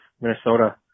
Minnesota